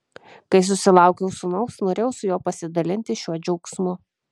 kai susilaukiau sūnaus norėjau su juo pasidalinti šiuo džiaugsmu